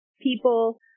people